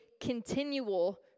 continual